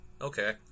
Okay